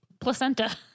Placenta